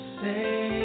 say